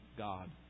God